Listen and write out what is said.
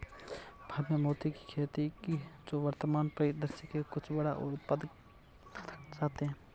भारत में मोती की खेती जो वर्तमान परिदृश्य में कुछ बड़ा और उत्पादक चाहते हैं